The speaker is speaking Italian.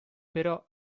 però